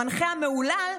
המנחה המהולל,